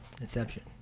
Inception